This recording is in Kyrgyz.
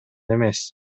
эмес